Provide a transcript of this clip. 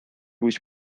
być